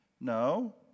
no